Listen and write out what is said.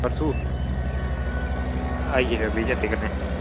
परसो आई जायो फ्ही चैते कन्नै